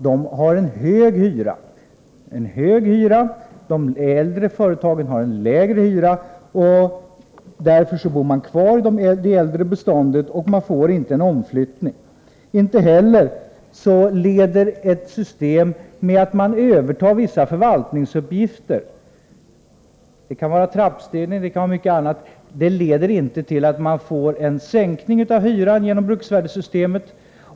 De nya bostäderna åsätts en hög hyra, medan de äldre bostäderna har en lägre hyra, och därför bor hyresgästerna kvar i det äldre beståndet. För det andra leder systemet till att övertagande av vissa förvaltningsuppgifter — det kan t.ex. gälla trappstädning men också mycket annat — inte minskar hyran i bruksvärdessystemet.